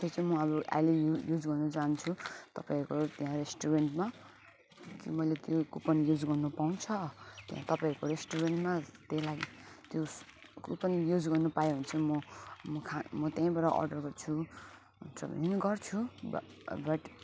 त्यो चाहिँ म अब अहिले युज युज गर्नु जान्छु तपाईँहरूको त्यहाँ रेस्टुरेन्टमा त्यो मैले त्यो कुपन युज गर्नु पाउँछ त्यहाँ तपाईँहरूको रेस्टुरेन्टमा त्यही लागि त्यो कुपन युज गर्नु पायो भने चाहिँ म म खा म त्यहीँबाट अडर गर्छु हुन्छ भने गर्छु ब बट